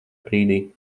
brīdī